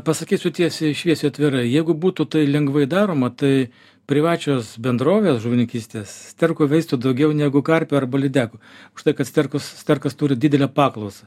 pasakysiu tiesiai šviesiai atvirai jeigu būtų tai lengvai daroma tai privačios bendrovės žuvininkystės sterkų veistų daugiau negu karpių arba lydekų už tai kad sterkus sterkas turi didelę paklausą